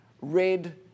red